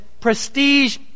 prestige